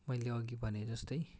मैले अघि भने जस्तै